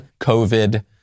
COVID